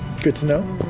good to know.